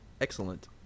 excellent